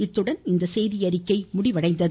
இத்துடன் இந்த செய்தியறிக்கை முடிவடைந்தது